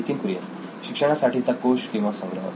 नितीन कुरियन शिक्षणासाठीचा कोश किंवा संग्रह